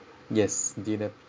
yes dinner